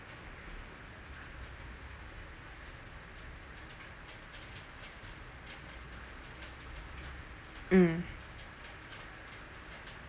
mm